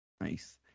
Nice